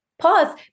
Pause